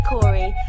Corey